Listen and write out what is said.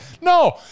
No